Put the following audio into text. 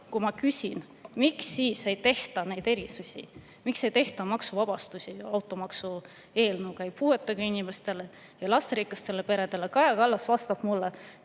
kui ma küsin, miks siis ei tehta neid erisusi, miks ei tehta maksuvabastusi automaksueelnõus ei puuetega inimestele ega lasterikastele peredele, Kaja Kallas vastab mulle,